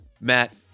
Matt